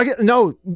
No